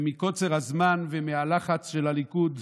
מקוצר הזמן ומהלחץ של הליכוד,